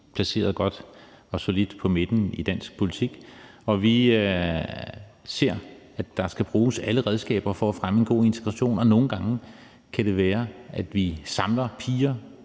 placeret godt og solidt på midten i dansk politik. Vi ser, at der skal bruges alle redskaber for at fremme en god integration, og nogle gange kan det være, at vi samler piger